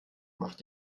macht